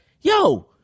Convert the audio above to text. yo